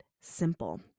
simple